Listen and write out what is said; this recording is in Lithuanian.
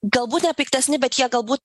galbūt ne piktesni bet jie galbūt